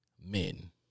men